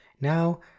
Now